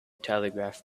telegraph